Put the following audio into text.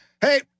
Hey